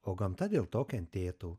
o gamta dėl to kentėtų